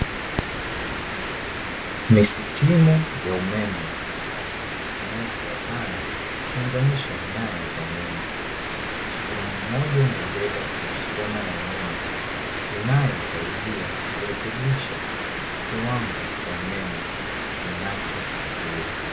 Misitimu ya umeme mitatu inayofatana ikiunganisha nyaya za umeme, msitimu mmoja umebeba transifoma ya umeme, inayosaidia kurekebisha kiwango cha umeme kinachosafiri.